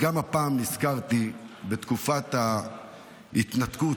גם הפעם נזכרתי בתקופת ההתנתקות,